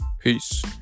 peace